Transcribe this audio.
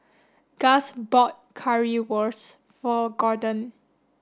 gus bought Currywurst for Gordon